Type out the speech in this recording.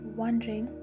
wondering